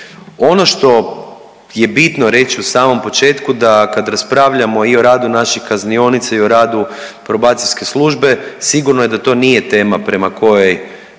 Ono što je bitno reći u samom početku da kada raspravljamo i o radu naših kaznionica i o radu probacijske službe sigurno je da to nije tema prema kojoj